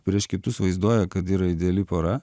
prieš kitus vaizduoja kad yra ideali pora